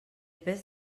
pes